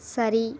சரி